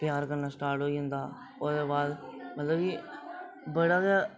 प्यार करना स्टार्ट होई जंदा ओह्दे बाद मतलब कि बड़ा गै